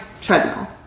treadmill